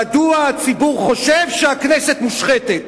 מדוע הציבור חושב שהכנסת מושחתת.